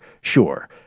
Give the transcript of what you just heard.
sure